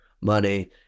money